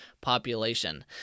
population